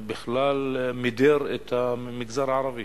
בכלל מידר את המגזר הערבי.